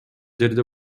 жерде